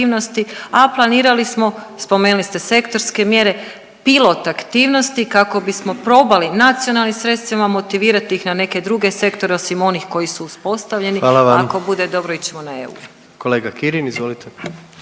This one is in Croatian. a planirali smo spomenuli ste sektorske mjere, pilot aktivnosti kako bismo probali nacionalnim sredstvima motivirati ih na neke druge sektore osim onih koji su uspostavljeni …/Upadica: Hvala vam./… a ako bude dobro ići ćemo na EU. **Jandroković,